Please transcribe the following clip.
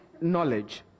Knowledge